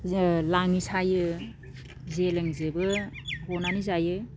जोङो लाङि सायो जेलोंजोंबो हनानै जायो